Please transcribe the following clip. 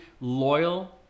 loyal